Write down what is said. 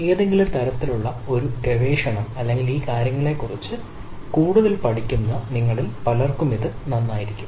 ഏതെങ്കിലും തരത്തിലുള്ള ഒരു ഗവേഷണം അല്ലെങ്കിൽ ഈ കാര്യങ്ങളെക്കുറിച്ച് കൂടുതൽ പഠിക്കുന്ന നിങ്ങളിൽ പലർക്കും ഇത് നല്ലതായിരിക്കും